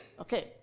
Okay